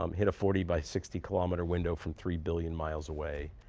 um hit a forty by sixty kilometer window from three billion miles away.